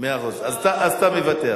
מאה אחוז, אז אתה מוותר.